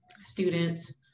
students